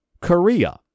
Korea